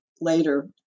later